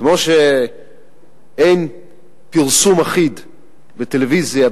כמו שאין פרסום אחיד בטלוויזיה,